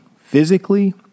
physically